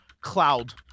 Cloud